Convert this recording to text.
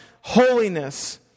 holiness